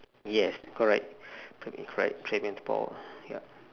yes correct correct tribute paul ya